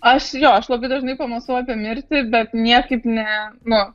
aš jo aš labai dažnai pamąstau apie mirtį bet niekaip ne nu